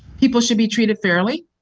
people should be treated fairly,